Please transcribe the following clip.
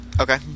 Okay